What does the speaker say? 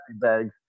bags